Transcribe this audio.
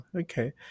okay